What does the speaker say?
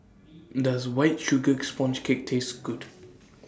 Does White Sugar Sponge Cake Taste Good